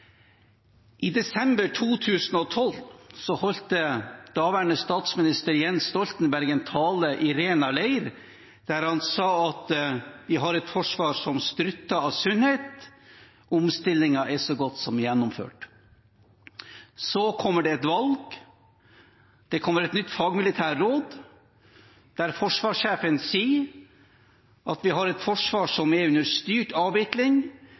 I desember 2012 holdt daværende statsminister Jens Stoltenberg en tale i Rena leir, der han sa at vi har et forsvar som strutter av sunnhet, og at omstillingen er så godt som gjennomført. Så kommer det et valg, og det kommer et nytt fagmilitært råd, der forsvarssjefen sier at vi har et forsvar som er under styrt avvikling,